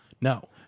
no